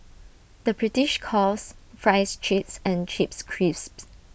the British calls Fries Chips and Chips Crisps